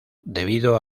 debido